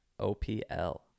OPL